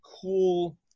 cool